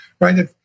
right